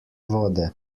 vode